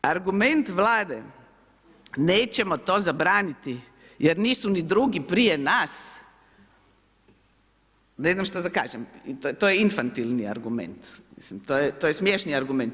Argument Vlade „nećemo to zabraniti jer nisu ni drugi prije nas“, ne znam šta da kažem, to je infantilni argument, mislim, to je smiješni argument.